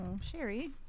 sherry